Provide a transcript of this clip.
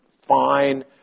fine